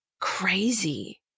crazy